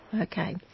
Okay